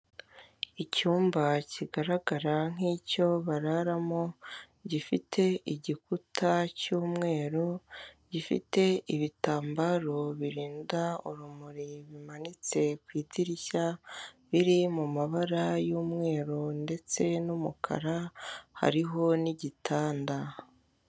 Icyumbna kigaragara nk'icyo bararamo, gifite igikuta cy'umweru, gifite ibitambaro birinda urumuri bimanitse ku idirishya biri mu mabara y'umweru ndetse n'umukara, hariho n'igitanda.